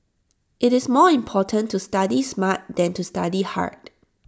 IT is more important to study smart than to study hard